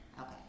Okay